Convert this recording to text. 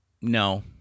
No